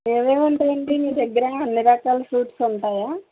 ఏవేవి ఉంటాయండి మీ దగ్గర అన్నీ రకాల ఫ్రూట్స్ ఉంటాయా